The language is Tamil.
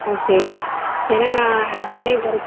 ஓகே ஏன்னால் நான் நானே இதுவரை